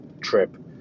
trip